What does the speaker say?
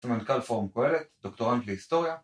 סמנכ"ל פורום קוהלת, דוקטורנט להיסטוריה